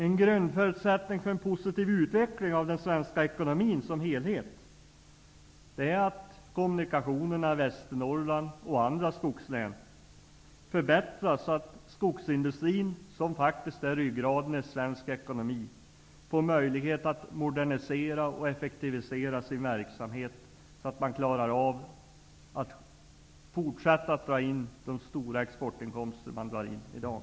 En grundförutsättning för en positiv utveckling av den svenska ekonomin såsom helhet är att kommunikationerna i Västernorrland och andra skogslän förbättras så att skogsindustrin, som faktiskt är ryggraden i svensk ekonomi, får möjlighet att modernisera och effektivisera sin verksamhet så att den klarar av att fortsätta att dra in lika stora exportinkomster som i dag.